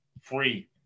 free